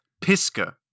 Piska